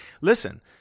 listen